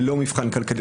ללא מבחן כלכלי,